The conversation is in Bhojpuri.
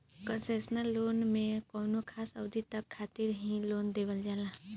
कंसेशनल लोन में कौनो खास अवधि तक खातिर ही लोन देवल जाला